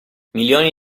milioni